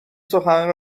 سخنرانی